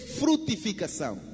frutificação